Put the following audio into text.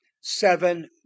seven